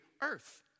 earth